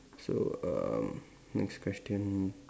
so uh next question